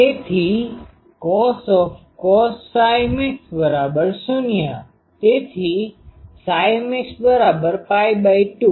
તેથી cos max૦ તેથી max2